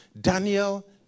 Daniel